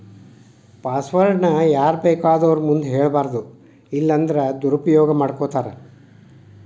password ನ ಯಾರ್ಬೇಕಾದೊರ್ ಮುಂದ ಹೆಳ್ಬಾರದು ಇಲ್ಲನ್ದ್ರ ದುರುಪಯೊಗ ಮಾಡ್ಕೊತಾರ